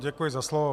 Děkuji za slovo.